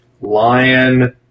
Lion